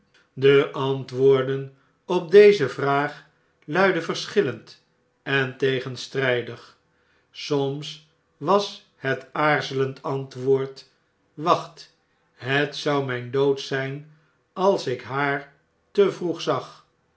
de antwoorden op deze vraag luidden verschillend en tegenstrn'dig soms washetaarzelend antwoord wacht het zou rnfln dood zjjn als ik haar te vroeg zag